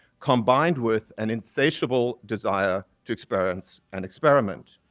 combined with an insatiable desire to experience and experiment.